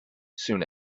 soon